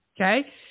Okay